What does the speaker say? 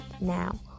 now